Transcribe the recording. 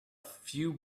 few